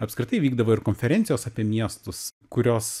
apskritai vykdavo ir konferencijos apie miestus kurios